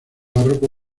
barroco